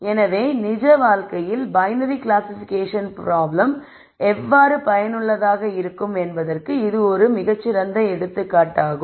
எனவே நிஜ வாழ்க்கையில் பைனரி கிளாசிபிகேஷன் ப்ராப்ளம் எவ்வாறு பயனுள்ளதாக இருக்கும் என்பதற்கு இது ஒரு எடுத்துக்காட்டாகும்